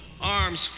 Arms